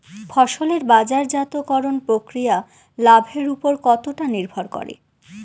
ফসলের বাজারজাত করণ প্রক্রিয়া লাভের উপর কতটা নির্ভর করে?